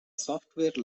software